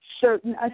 certain